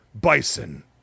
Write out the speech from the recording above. bison